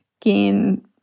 gain